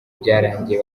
byarangiye